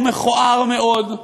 הוא מכוער מאוד,